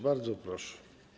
Bardzo proszę.